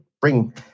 bring